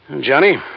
Johnny